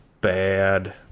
bad